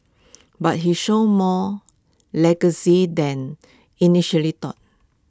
but he showed more legacy than initially thought